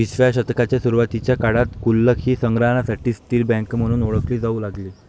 विसाव्या शतकाच्या सुरुवातीच्या काळात गुल्लक ही संग्राहकांसाठी स्थिर बँक म्हणून ओळखली जाऊ लागली